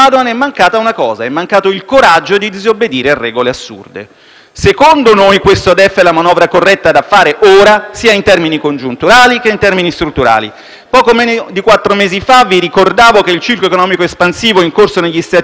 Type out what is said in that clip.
Secondo noi, questo DEF è la manovra corretta da fare ora, in termini sia congiunturali che strutturali. Poco meno di quattro mesi fa vi ricordavo che il ciclo economico espansivo in corso negli Stati Uniti risultava essere il secondo più lungo nella storia del dopoguerra,